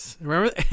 remember